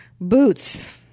Boots